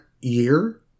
year